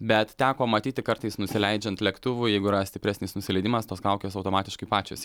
bet teko matyti kartais nusileidžiant lėktuvui jeigu yra stipresnis nusileidimas tos kaukės automatiškai pačios